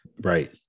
Right